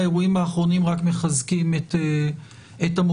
האירועים האחרונים רק מחזקים את המוטיבציה.